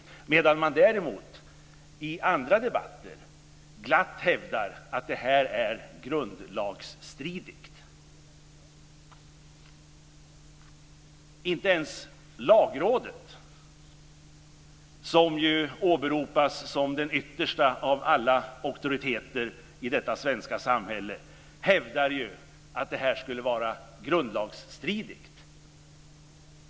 Däremot hävdar man glatt i andra debatter att det här är grundlagsstridigt. Inte ens Lagrådet, som ju åberopas som den yttersta av alla auktoriteter i detta svenska samhälle, hävdar ju att det här skulle vara grundlagsstridigt.